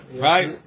right